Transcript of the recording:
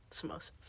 samosas